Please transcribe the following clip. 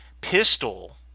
pistol